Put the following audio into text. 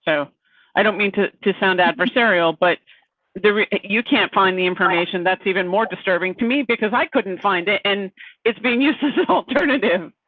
so i don't mean to to sound adversarial, but you can't find the information that's even more disturbing to me because i couldn't find it and it's being used alternative.